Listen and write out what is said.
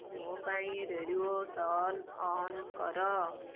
ମୋ ପାଇଁ radio turn on କର